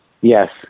Yes